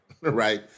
right